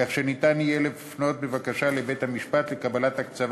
כך שניתן יהיה לפנות בבקשה לבית-המשפט לקבלת הקצבה